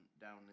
down